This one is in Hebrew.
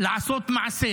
לעשות מעשה.